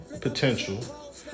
potential